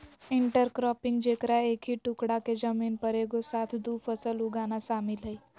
intercropping जेकरा एक ही टुकडा के जमीन पर एगो साथ दु फसल उगाना शामिल हइ